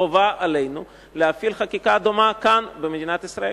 חובה עלינו להפעיל חקיקה דומה כאן במדינת ישראל.